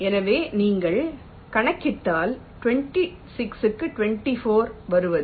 எனவே நீங்கள் கணக்கிட்டால் 26 க்கு 24 க்கு வருவது 1